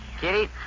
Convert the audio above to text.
Kitty